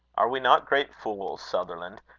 are we not great fools, sutherland,